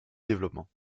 développement